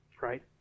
right